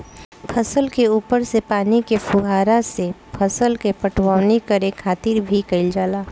फसल के ऊपर से पानी के फुहारा से फसल के पटवनी करे खातिर भी कईल जाला